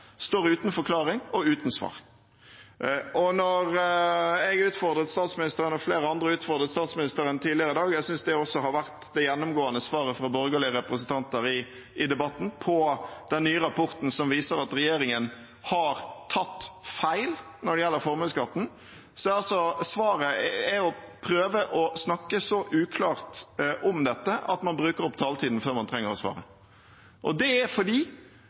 står uten forklaring og uten svar. Da jeg og flere andre tidligere i dag utfordret statsministeren på den nye rapporten, som viser at regjeringen har tatt feil når det gjelder formuesskatten, er svaret å prøve å snakke så uklart om dette at man bruker opp taletiden før man trenger å svare. Jeg synes også at dette har vært det gjennomgående svaret fra borgerlige representanter i debatten. Det er fordi